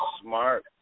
smart